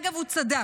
אגב, הוא צדק.